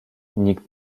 nikt